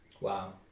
Wow